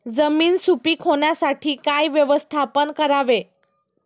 जमीन सुपीक होण्यासाठी काय व्यवस्थापन करावे?